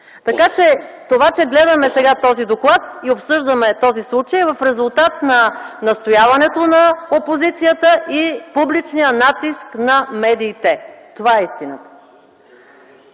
Така че това, че гледаме сега този доклад и обсъждаме този случай, е в резултат на настояването на опозицията и публичния натиск на медиите. Това е истината.